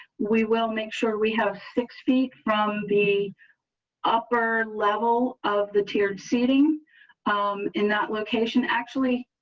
we will make sure we have six feet from the upper level of the tiered seating in that location, actually,